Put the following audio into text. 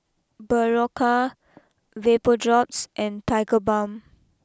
Berocca Vapodrops and Tiger Balm